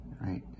right